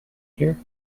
here